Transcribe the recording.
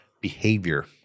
behavior